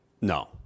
No